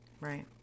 right